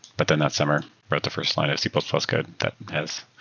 but then that summer, wrote the first line of c plus plus code that has